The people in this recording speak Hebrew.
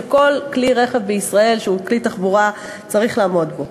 שכל כלי רכב בישראל שהוא כלי תחבורה צריך לעמוד בו.